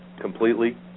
completely